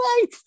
life